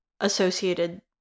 associated